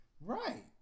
right